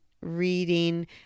reading